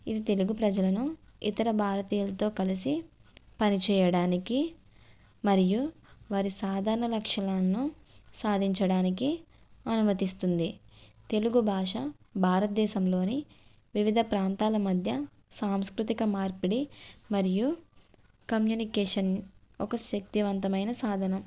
ఇది తెలుగు ప్రజలను ఇతర భారతీయులతో కలిసి పనిచేయడానికి మరియు వారి సాధారణ లక్షణాలను సాధించడానికి అనుమతిస్తుంది తెలుగు భాష భారత దేశంలోని వివిధ ప్రాంతాల మధ్య సాంస్కృతిక మార్పిడి మరియు కమ్యూనికేషన్ ఒక శక్తివంతమైన సాధనం